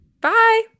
Bye